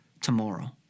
tomorrow